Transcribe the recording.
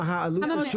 מה העלות השולית?